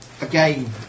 again